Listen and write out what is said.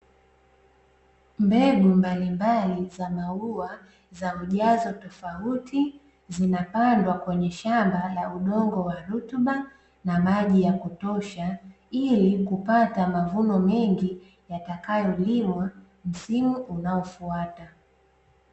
Mbegu mbalimbali za maua za ujazo tofauti, zinapandwa kwenye shamba la udongo wa rutuba na maji ya kutosha, ili kupata mavuno mengi yatakayolimwa msimu unaofuata.